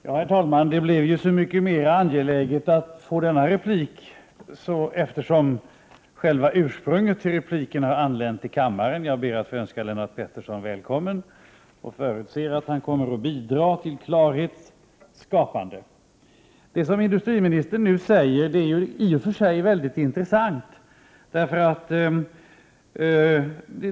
Herr talman! Det blev så mycket mer angeläget att få denna replik som den som givit anledning till repliken har anlänt till kammaren. Jag ber att få hälsa Lennart Pettersson välkommen och förutser att han kommer att bidra till klarhets skapande. Det som industriministern nu säger är i och för sig mycket intressant.